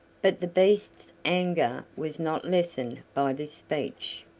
but the beast's anger was not lessened by this speech.